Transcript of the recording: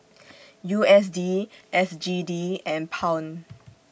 U S D S G D and Pound